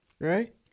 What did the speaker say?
right